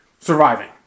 Surviving